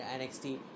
NXT